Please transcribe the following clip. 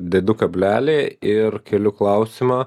dedu kablelį ir keliu klausimą